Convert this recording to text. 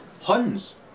Huns